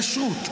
כשרות.